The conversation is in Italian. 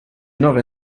nove